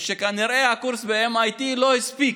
או שכנראה הקורס ב-MIT לא הספיק.